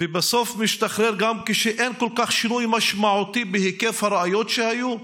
ובסוף הוא משתחרר כשגם אין כל כך שינוי משמעותי בהיקף הראיות שהיו?